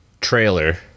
trailer